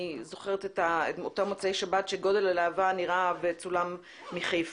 אני זוכרת את אותו מוצאי שבת שבו גודל הלהבה נראה וצולם מחיפה.